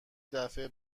دفعه